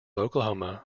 oklahoma